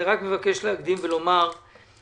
ואני רק מבקש להקדים ולומר כמה מילים.